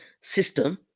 system